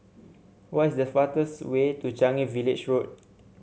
what is the fastest way to Changi Village Road